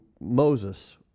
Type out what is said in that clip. Moses